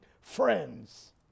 friends